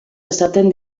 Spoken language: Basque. esaten